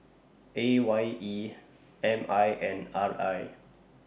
A Y E M I and R I